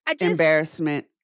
Embarrassment